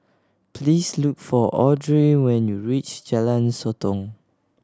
please look for Audrey when you reach Jalan Sotong